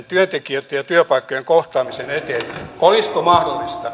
työntekijöitten ja työpaikkojen kohtaamisen eteen